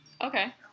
Okay